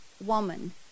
woman